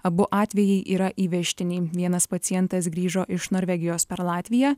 abu atvejai yra įvežtiniai vienas pacientas grįžo iš norvegijos per latviją